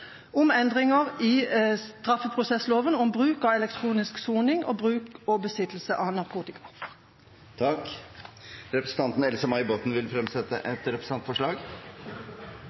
om endring i straffeprosessloven om bruk av elektronisk soning mv. Representanten Else-May Botten vil fremsette et representantforslag. På vegne av